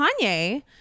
Kanye